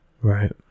Right